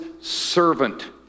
servant